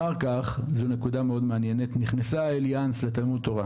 אחר כך נכנסה אליאנס לתלמוד תורה